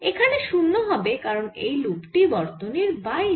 এখানে 0 হবে কারণ এই লুপ টি বর্তনীর বাইরে